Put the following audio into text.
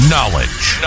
Knowledge